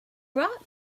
brought